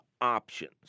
options